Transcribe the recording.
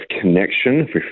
connection